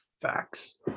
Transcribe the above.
Facts